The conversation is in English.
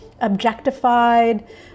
objectified